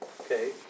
okay